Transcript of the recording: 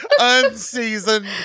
Unseasoned